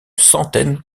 centaine